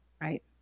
Right